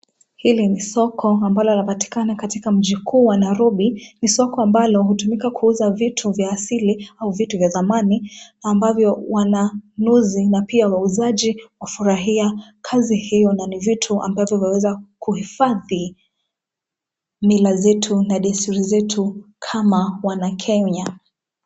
Hili ni soko ambalo lapatikana katika mji kuu wa Nairobi. Ni soko ambalo hutumika kuuza vitu vya asili au vitu vya zamani, ambavyo wanunuzi na pia wauzaji hufurahia kazi hio, na ni vitu ambavyo vyaweza kuhifadhi mila zetu na desturi zetu kama wanakenya.